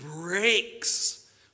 breaks